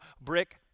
brick